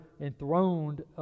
enthroned